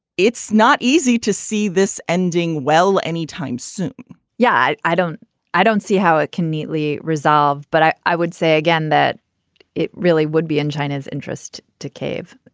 it's not easy to see this ending well anytime soon yeah. i don't i don't see how it can neatly resolve, but i i would say again that it really would be in china's interest to cave.